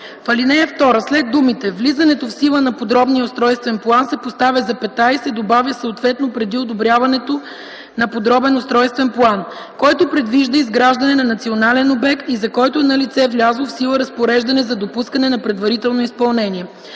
ал. 2 след думите „влизането в сила на подробния устройствен план” се поставя запетая и се добавя „съответно преди одобряването на подробен устройствен план, който предвижда изграждане на национален обект и за който е налице влязло в сила разпореждане за допускане на предварително изпълнение”.